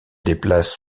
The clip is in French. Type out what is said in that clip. déplace